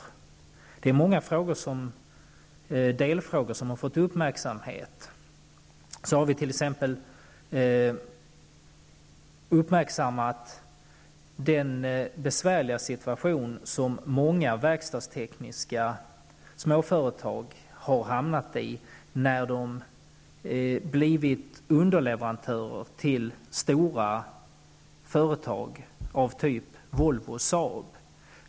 Det är många delfrågor som har fått uppmärksamhet. Vi har t.ex. uppmärksammat den besvärliga situation som många verkstadstekniska småföretag har hamnat i när de har blivit underleverantörer till stora företag som Volvo och Saab.